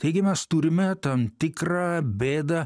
taigi mes turime tam tikrą bėdą